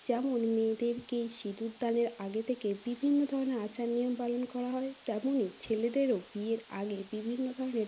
যেমন মেয়েদেরকে সিঁদুরদানের আগে থেকে বিভিন্ন ধরনের আচার নিয়ম পালন করা হয় তেমনই ছেলেদেরও বিয়ের আগে বিভিন্ন ধরনের